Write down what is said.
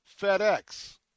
FedEx